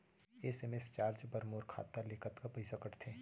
SMS charge बर मोर खाता ले कतका पइसा कटथे?